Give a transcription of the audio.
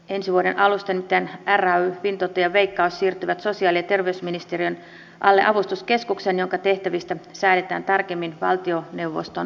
ensi vuoden alusta nimittäin ray fintoto ja veikkaus siirtyvät sosiaali ja terveysministeriön alle avustuskeskukseen jonka tehtävistä säädetään tarkemmin valtioneuvoston asetuksella